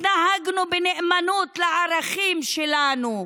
התנהגנו בנאמנות לערכים שלנו.